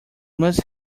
must